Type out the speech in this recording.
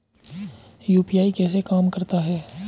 UPI कैसे काम करता है?